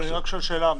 אני רק שואל שאלה.